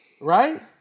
Right